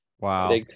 Wow